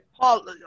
Paul